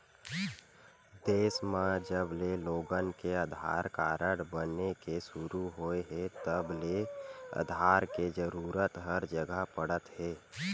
देस म जबले लोगन के आधार कारड बने के सुरू होए हे तब ले आधार के जरूरत हर जघा पड़त हे